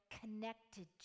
connected